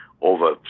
over